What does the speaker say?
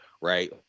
Right